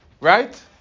Right